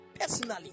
personally